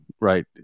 right